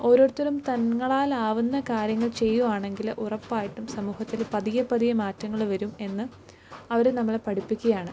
ഓരോരുത്തരും തങ്ങളാലാവുന്ന കാര്യങ്ങൾ ചെയ്യുകയാണെങ്കിൽ ഉറപ്പായിട്ടും സമൂഹത്തിൽ പതിയെ പതിയെ മാറ്റങ്ങൾ വരും എന്ന് അവർ നമ്മളെ പഠിപ്പിക്കുകയാണ്